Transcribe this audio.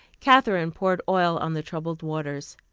katherine poured oil on the troubled waters.